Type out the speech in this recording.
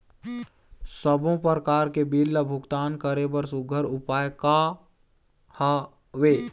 सबों प्रकार के बिल ला भुगतान करे बर सुघ्घर उपाय का हा वे?